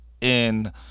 in-